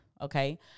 Okay